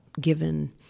given